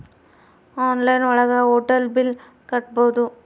online ಒಳಗ hotel bill ಕಟ್ಬೋದು